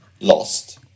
lost